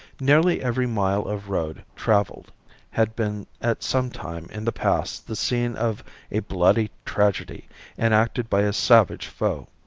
nearly every mile of road traveled had been at some time in the past the scene of a bloody tragedy enacted by a savage foe.